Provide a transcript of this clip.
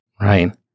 Right